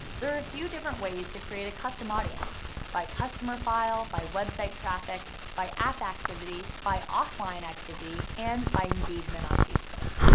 there are a few different ways to create a custom audience by customer file, by website traffic, by app activity, by offline activity, and by engagement on facebook.